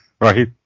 right